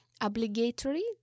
obligatory